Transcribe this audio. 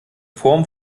form